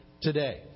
today